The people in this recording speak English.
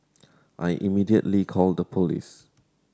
I immediately called the police